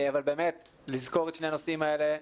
אבל באמת לזכור את שני הנושאים האלה.